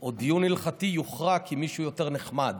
או דיון הלכתי יוכרע כי מישהו יותר נחמד?